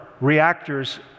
reactors